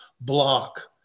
block